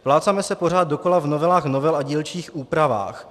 Plácáme se pořád dokola v novelách novel a dílčích úpravách.